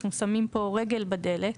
אנחנו שמים פה רגל בדלת.